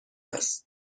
است